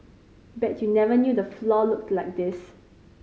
bet you never knew the floor looked like this